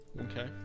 Okay